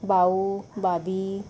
बाऊ भाबी